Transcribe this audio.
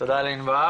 תודה רבה לענבר,